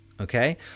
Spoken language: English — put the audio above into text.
Okay